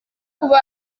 kuba